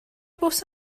bws